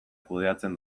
kudeatzen